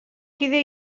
kide